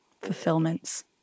fulfillments